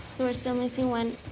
still missing one.